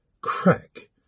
Crack